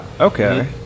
Okay